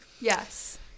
Yes